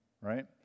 right